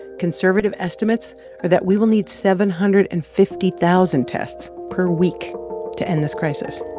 conservative estimates are that we will need seven hundred and fifty thousand tests per week to end this crisis.